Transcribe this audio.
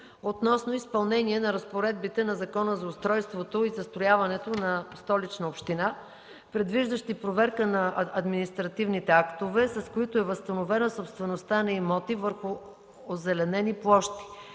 относно изпълнение на разпоредбите на Закона за устройството и застрояването на Столичната община, предвиждащи проверка на административните актове, с които е възстановена собствеността на имоти върху озеленени площи